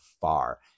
far